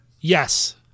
Yes